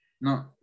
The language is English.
No